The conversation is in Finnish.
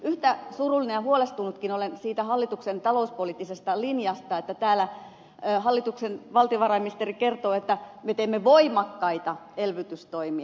yhtä surullinen ja huolestunutkin olen siitä hallituksen talouspoliittisesta linjasta kun täällä hallituksen valtiovarainministeri kertoo että me teemme voimakkaita elvytystoimia